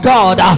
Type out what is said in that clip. God